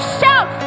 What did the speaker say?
shout